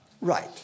Right